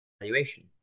evaluation